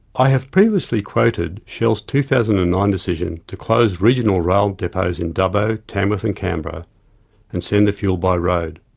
i have previously quoted shell's two thousand and nine decision to close regional rail depots in dubbo, tamworth and canberra and send the fuel by road.